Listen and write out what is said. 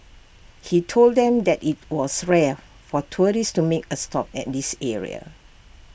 he told them that IT was rare for tourists to make A stop at this area